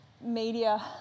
media